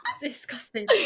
Disgusting